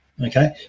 okay